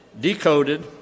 decoded